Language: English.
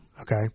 Okay